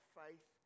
faith